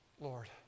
Lord